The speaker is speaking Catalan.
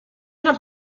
una